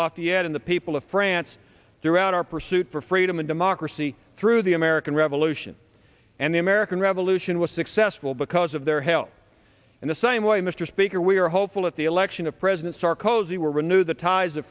lafayette in the people of france throughout our pursuit for freedom and democracy through the american revolution and the american revolution was successful because of their help in the same way mr speaker we are hopeful that the election of presidents